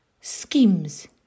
schemes